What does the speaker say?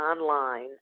online